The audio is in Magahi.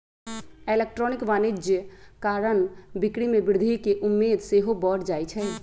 इलेक्ट्रॉनिक वाणिज्य कारण बिक्री में वृद्धि केँ उम्मेद सेहो बढ़ जाइ छइ